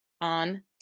on